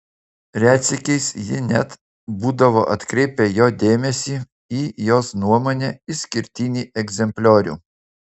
retsykiais ji net būdavo atkreipia jo dėmesį į jos nuomone išskirtinį egzempliorių